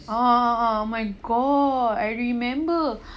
ah ah ah oh my god I remember